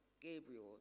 Gabriel